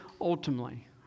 ultimately